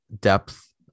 depth